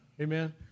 Amen